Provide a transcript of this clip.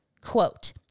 quote